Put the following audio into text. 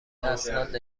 اسناد